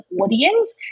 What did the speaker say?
audience